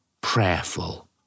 prayerful